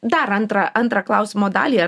dar antrą antrą klausimo dalį